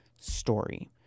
story